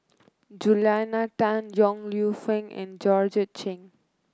Julia Tan Yong Lew Foong and Georgette Chen